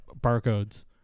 barcodes